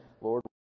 Lord